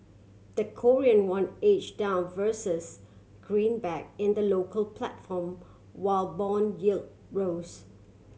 the Korean won edge down versus greenback in the local platform while bond yield rose